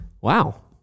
Wow